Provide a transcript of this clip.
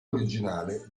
originale